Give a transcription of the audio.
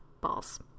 balls